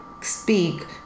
speak